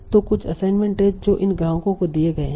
तो कुछ असाइनमेंट हैं जो इन ग्राहकों को दिए गए हैं